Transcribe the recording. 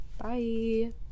Bye